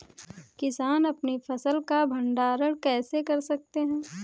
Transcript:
किसान अपनी फसल का भंडारण कैसे कर सकते हैं?